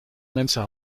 mensen